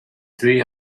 three